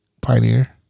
pioneer